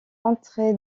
entré